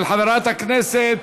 של חברת הכנסת